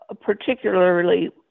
particularly